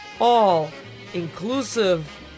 all-inclusive